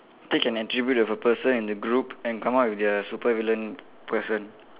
pick an attribute of a person in the group and come up with the supervillain person